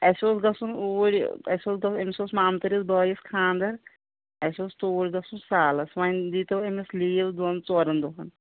اَسہِ اوس گژھُن اوٗرۍ اَسہِ اوس گژھُن أمِس اوس مامتٕرِس بٲیِس خاندَر اَسہِ اوس توٗرۍ گژھُن سالَس وۄنۍ دِتو أمِس لیٖو دۄن ژورَن دۄہَن